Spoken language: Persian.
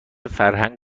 فرهنگ